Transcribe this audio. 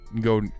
Go